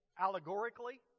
allegorically